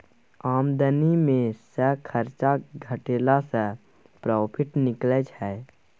आमदनी मे सँ खरचा घटेला सँ प्रोफिट निकलै छै